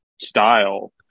style